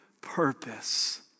purpose